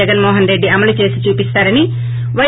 జగన్ మోహన్ రెడ్డి అమలు చేసి చూపిస్తారని పై